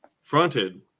fronted